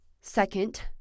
second